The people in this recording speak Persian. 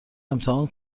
امتحان